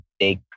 take